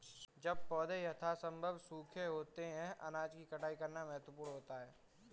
जब पौधे यथासंभव सूखे होते हैं अनाज की कटाई करना महत्वपूर्ण होता है